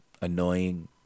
annoying